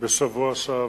בשבוע שעבר,